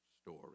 story